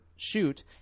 shoot